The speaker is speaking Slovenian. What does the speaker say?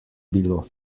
bilo